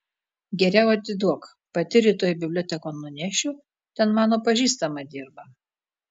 geriau atiduok pati rytoj bibliotekon nunešiu ten mano pažįstama dirba